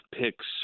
picks